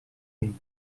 meglio